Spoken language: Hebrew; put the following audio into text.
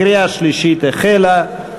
קריאה שלישית החלה.